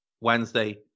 Wednesday